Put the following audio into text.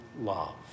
love